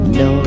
no